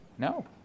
No